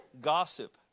gossip